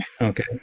Okay